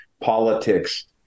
politics